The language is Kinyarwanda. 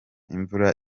imvura